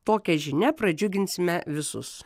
tokia žinia pradžiuginsime visus